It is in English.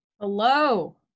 hello